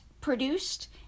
produced